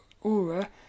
aura